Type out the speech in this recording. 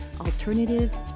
alternative